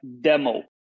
demo